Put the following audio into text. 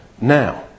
now